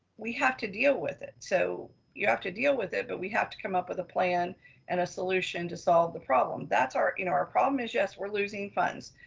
we have to deal with it. so you have to deal with it, but we have to come up with a plan and a solution to solve the problem. that's our you know our problem is yes, we're losing funds,